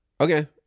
Okay